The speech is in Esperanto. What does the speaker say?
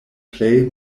plej